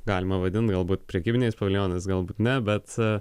galima vadint galbūt prekybiniais paviljonais galbūt ne bet